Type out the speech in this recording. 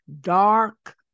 dark